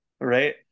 Right